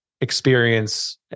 experience